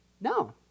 no